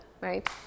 right